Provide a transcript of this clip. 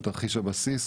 בתרחיש הבסיס,